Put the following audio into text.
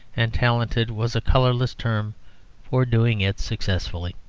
and talented was a colourless term for doing it successfully.